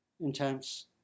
intense